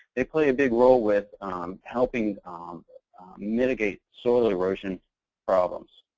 they play a big role with helping mitigate soil erosion problems.